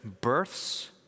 births